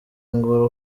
ngo